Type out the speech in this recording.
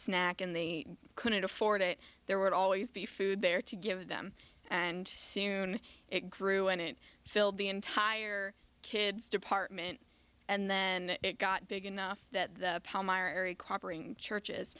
and they couldn't afford it there would always be food there to give them and soon it grew and it filled the entire kids department and then it got big enough that the c